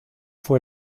fue